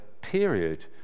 period